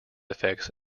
effects